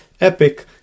epic